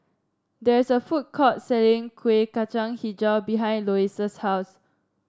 there is a food court selling Kuih Kacang hijau behind Lois's house